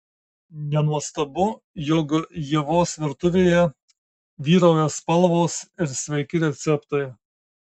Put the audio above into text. nenuostabu jog ievos virtuvėje vyrauja spalvos ir sveiki receptai